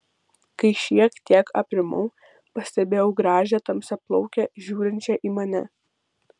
kai šiek tiek aprimau pastebėjau gražią tamsiaplaukę žiūrinčią į mane